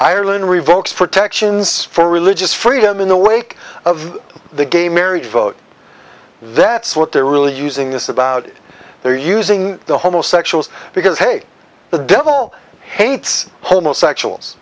ireland revokes protections for religious freedom in the wake of the gay marriage vote that's what they're really using this about they're using the homosexuals because hey the devil hates homosexuals